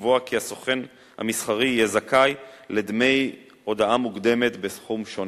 לקבוע כי הסוכן המסחרי יהיה זכאי לדמי הודעה מוקדמת בסכום שונה.